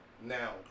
now